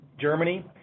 Germany